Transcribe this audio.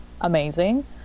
amazing